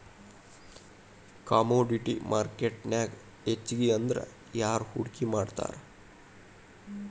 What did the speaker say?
Commodity ಮಾರ್ಕೆಟ್ನ್ಯಾಗ್ ಹೆಚ್ಗಿಅಂದ್ರ ಯಾರ್ ಹೂಡ್ಕಿ ಮಾಡ್ತಾರ?